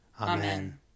Amen